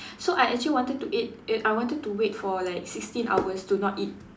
so I actually wanted to ate eh I wanted to wait for like sixteen hours to not eat